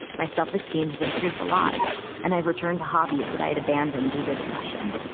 my self-esteem has improved a lot and i've returned to hobbies that i'd abandoned due to depression.